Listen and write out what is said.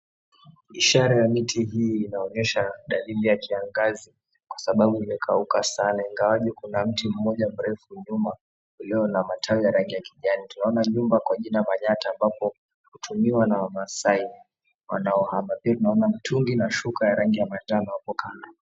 Ishara ya miti hi inaonyesha dailili ya kiangazi kwa sababu imekauka sana ingawaje kuna mti mmoja mrefu nyuma ulio na matawi ya rangi ya kijani. Tunaona nyumba aina ya manyatta ambapo hutumiwa na wamasaai wanaohama pia tunaona mtungi na shuka ya rangi ya manjano hapo kando.